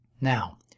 Now